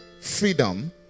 freedom